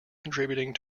contributing